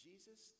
Jesus